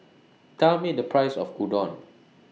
Tell Me The Price of Udon